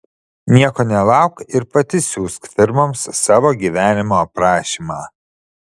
nieko nelauk ir pati siųsk firmoms savo gyvenimo aprašymą